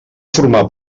formar